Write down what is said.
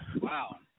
wow